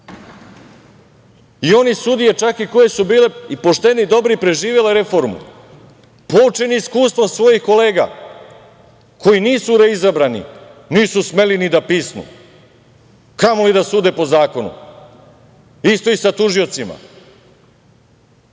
i one sudije koje su bile poštene i dobre i preživele reformu, poučeni iskustvom svojih kolega koji nisu reizabrani, nisu smeli ni da pisnu, kamoli da sude po zakonu. Isto je i sa tužiocima.I